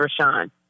Rashawn